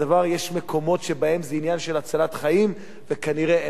יש מקומות שבהם זה עניין של הצלת חיים וכנראה אין ברירה,